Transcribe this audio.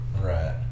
Right